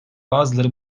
bazıları